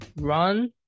run